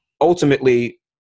ultimately